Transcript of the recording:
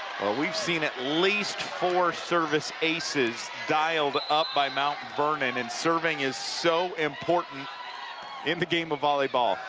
we've seen at least four service aces dialed up by mount vernon. and serving is so important in the game of volleyball.